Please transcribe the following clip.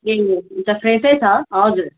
ए हुन्छ फ्रेसै छ हजुर